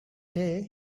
day